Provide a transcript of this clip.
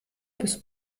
bis